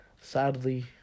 Sadly